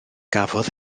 gafodd